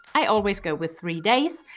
i always go with three days.